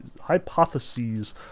hypotheses